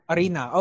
Arena